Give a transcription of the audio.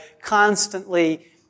constantly